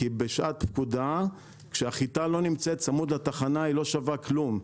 כי בשעת פקודה כשהחיטה לא נמצאת צמוד לטחנה היא לא שווה כלום,